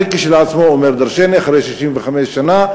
זה כשלעצמו אחרי 65 שנה אומר דורשני.